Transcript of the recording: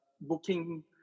booking